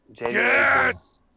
Yes